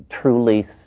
truly